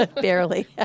Barely